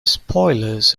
spoilers